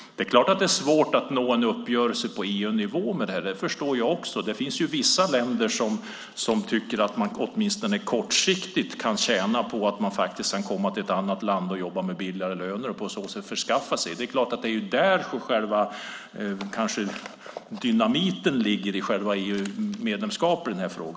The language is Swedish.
Det är klart att det är svårt att nå en uppgörelse på EU-nivå i fråga om detta. Det förstår jag också. Det finns vissa länder som tycker att man åtminstone kortsiktigt kan tjäna på att komma till ett annat land och jobba till lägre löner. Det är kanske där som dynamiten ligger i själva EU-medlemskapet i denna fråga.